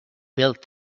build